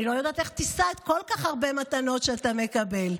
אני לא יודעת איך תישא כל כך הרבה מתנות שאתה מקבל?